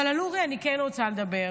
אבל על אורי אני כן רוצה לדבר.